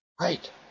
Right